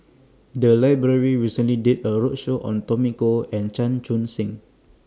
The Library recently did A roadshow on Tommy Koh and Chan Chun Sing